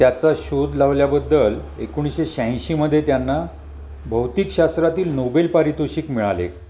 त्याचा शोध लावल्याबद्दल एकोणीसशे शहाऐंशीमध्ये त्यांना भौतिक शास्त्रातील नोबेल पारितोषिक मिळाले